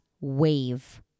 wave